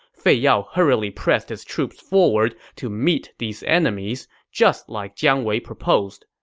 fei yao hurriedly pressed his troops forward to meet these enemies, just like jiang wei proposed.